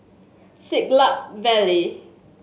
Siglap Valley